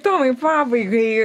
tomai pabaigai